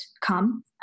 come